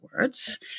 words